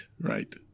right